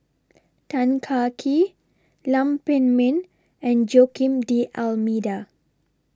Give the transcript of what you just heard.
Tan Kah Kee Lam Pin Min and Joaquim D'almeida